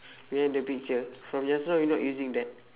you have the picture from just now you not using that